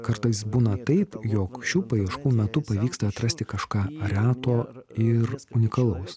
kartais būna taip jog šių paieškų metu pavyksta atrasti kažką reto ir unikalaus